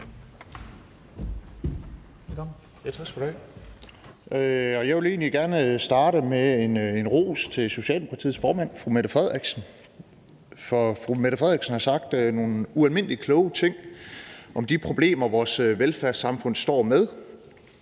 Jeg vil egentlig gerne starte med en ros til Socialdemokratiets formand, fru Mette Frederiksen, for fru Mette Frederiksen har sagt nogle ualmindelig kloge ting om de problemer, vores velfærdssamfund står med.